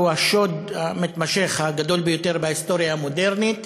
שהוא השוד המתמשך הגדול ביותר בהיסטוריה המודרנית,